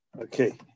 Okay